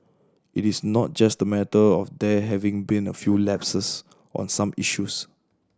it is not just matter of there having been a few lapses on some issues